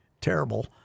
terrible